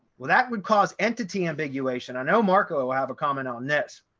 well that would cause entity and valuation. i know marco have a comment on this.